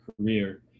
career